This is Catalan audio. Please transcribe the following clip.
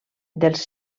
dels